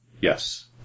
Yes